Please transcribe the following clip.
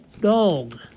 dog